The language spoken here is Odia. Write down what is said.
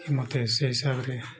ମୋତେ ସେ ହିସାବରେ